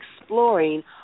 exploring